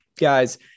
guys